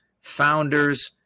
founders